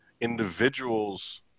individuals